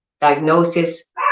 diagnosis